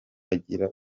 bagira